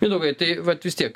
mindaugai tai vat vis tiek